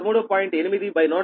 కనుక అది 10